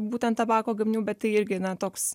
būtent tabako gaminių bet tai irgi na toks